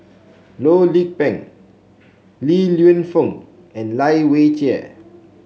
Loh Lik Peng Li Lienfung and Lai Weijie